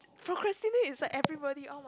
procrastinate is like everybody oh my